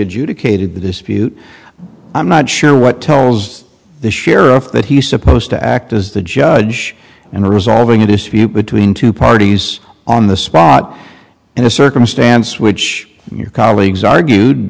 adjudicated the dispute i'm not sure what tells the sheriff that he's supposed to act as the judge and resolving a dispute between two parties on the spot in a circumstance which your colleagues argued